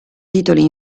titoli